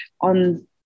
on